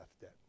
debt